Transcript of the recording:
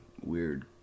weird